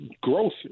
growth